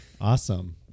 Awesome